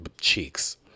cheeks